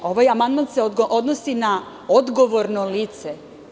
Ovaj amandman se odnosi na odgovorno lice.